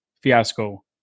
fiasco